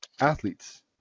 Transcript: athletes